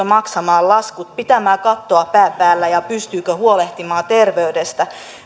maksamaan laskut pitämään kattoa pään päällä ja pystyykö huolehtimaan terveydestä